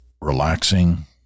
Relaxing